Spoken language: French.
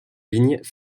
ligne